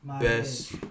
Best